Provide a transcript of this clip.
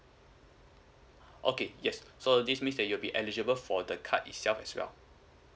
okay yes so this means that you'll be eligible for the card itself as well